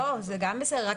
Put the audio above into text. זה גם בסדר,